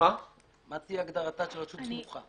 -- מה תהיה הגדרתה של רשות סמוכה?